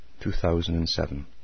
2007